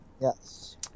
Yes